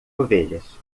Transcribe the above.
ovelhas